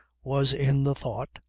was in the thought,